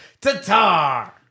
Tatar